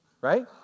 Right